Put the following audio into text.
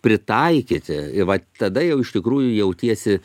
pritaikyti ir vat tada jau iš tikrųjų jautiesi